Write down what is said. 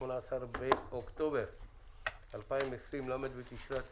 היום 18 באוקטובר 2020, ל' בתשרי התשפ"א.